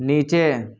نیچے